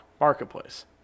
Marketplace